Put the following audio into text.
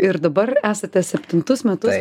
ir dabar esate septintus metus